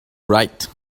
right